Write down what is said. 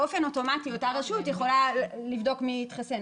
באופן אוטומטי אותה רשות יכולה לבדוק מי התחסן.